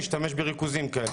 ישתמש בריכוזים כאלה.